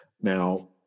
Now